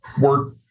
work